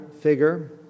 figure